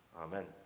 Amen